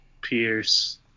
Pierce